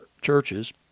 churches